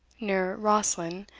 near rosslyn,